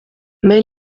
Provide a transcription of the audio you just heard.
mais